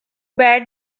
bad